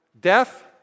death